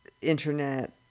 internet